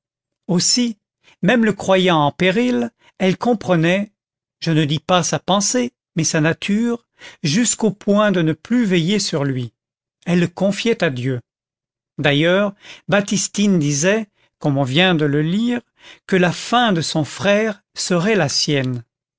aussi même le croyant en péril elles comprenaient je ne dis pas sa pensée mais sa nature jusqu'au point de ne plus veiller sur lui elles le confiaient à dieu d'ailleurs baptistine disait comme on vient de le lire que la fin de son frère serait la sienne